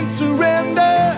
surrender